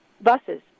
buses